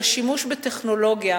של השימוש בטכנולוגיה